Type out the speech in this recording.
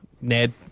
Ned